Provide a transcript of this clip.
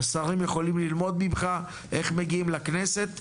השרים יכולים ללמוד ממך איך מגיעים לכנסת.